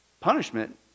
punishment